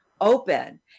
open